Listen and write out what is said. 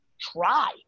try